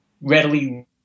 readily